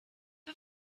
but